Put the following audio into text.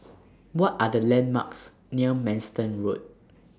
What Are The landmarks near Manston Road